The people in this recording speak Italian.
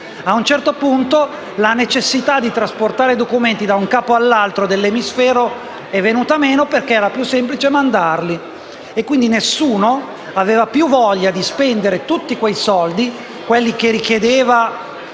A un certo punto la necessità di trasportare documenti da un capo all'altro dell'emisfero è venuta meno, perché era più semplice inviarli via *fax* e, quindi, nessuno aveva più voglia di spendere tutti quei soldi... *(Brusio)*.